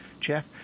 Jeff